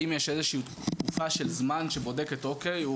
האם יש איזושהי תקופה של זמן שבודקת: אוקיי,